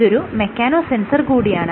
ഇതൊരു മെക്കാനോ സെൻസർ കൂടിയാണ്